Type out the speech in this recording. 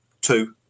two